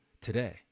today